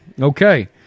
Okay